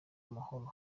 amahoro